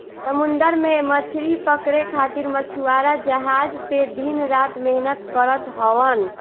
समुंदर में मछरी पकड़े खातिर मछुआरा जहाज पे दिन रात मेहनत करत हवन